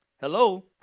Hello